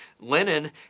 Lenin